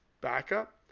backup